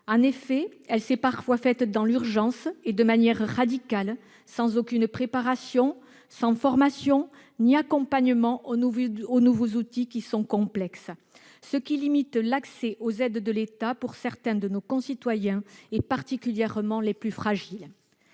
En effet, elle s'est parfois faite dans l'urgence et de manière radicale, sans aucune préparation, sans formation ni accompagnement à l'usage des nouveaux outils, qui sont complexes. Cela limite l'accès aux aides de l'État pour certains de nos concitoyens, particulièrement les plus fragiles.